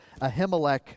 Ahimelech